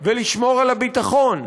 ולשמור על הביטחון,